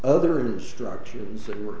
other instructions that were